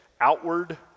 outward